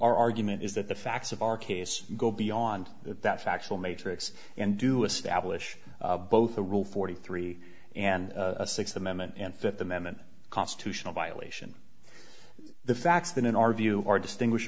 our argument is that the facts of our case go beyond that factual matrix and do establish both a rule forty three and a sixth amendment and fifth amendment constitutional violation the facts that in our view are distinguish